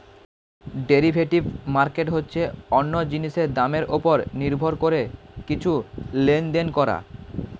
derivative market হচ্ছে অন্য জিনিসের দামের উপর নির্ভর করে কিছু লেনদেন করা